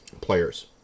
players